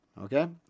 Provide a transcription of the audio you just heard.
Okay